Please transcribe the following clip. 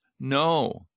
No